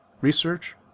research